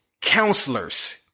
counselors